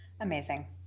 Amazing